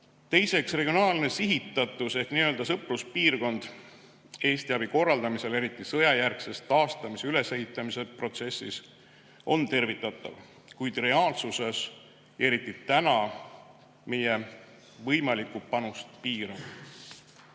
Teiseks, regionaalne sihitatus ehk nii-öelda sõpruspiirkond Eesti abi korraldamisel, eriti sõjajärgses taastamise, ülesehitamise protsessis on tervitatav, kuid reaalsuses ja eriti täna meie võimalikku panust piirav.